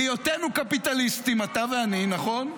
בהיותנו קפיטליסטים, אתה ואני, נכון?